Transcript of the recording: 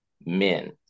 men